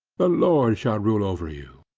the lord shall rule over you.